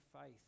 faith